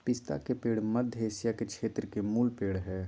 पिस्ता के पेड़ मध्य एशिया के क्षेत्र के मूल पेड़ हइ